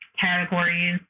categories